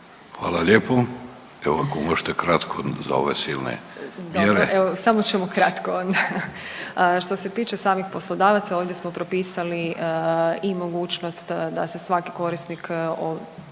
Hvala lijepo. Evo ako možete kratko za ove silne mjere.